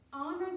Honor